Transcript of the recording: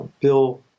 Bill